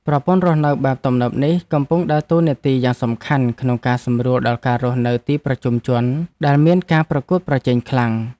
ប្រព័ន្ធរស់នៅបែបទំនើបនេះកំពុងដើរតួនាទីយ៉ាងសំខាន់ក្នុងការសម្រួលដល់ការរស់នៅទីប្រជុំជនដែលមានការប្រកួតប្រជែងខ្លាំង។